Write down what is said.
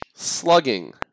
Slugging